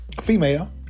female